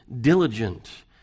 diligent